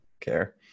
care